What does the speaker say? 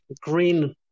green